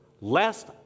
lest